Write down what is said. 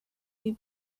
you